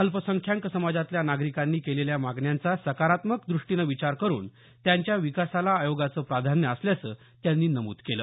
अल्पसंख्यांक समाजातल्या नागरिकांनी केलेल्या मागण्यांचा सकारात्मक दृष्टीनं विचार करुन त्यांच्या विकासाला आयोगाचं प्राधान्य असल्याचं त्यांनी नमूद केलं